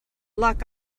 luck